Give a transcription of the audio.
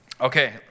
Okay